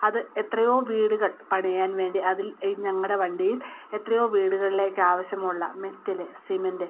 അത് എത്രയോ വീടുകൾ പണിയാൻ വേണ്ടി അതിൽ ഈ ഞങ്ങളുടെ വണ്ടിയിൽ എത്രയോ വീടുകളിലേക്ക് ആവശ്യമുള്ള മെറ്റല് സിമൻ്റ്